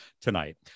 tonight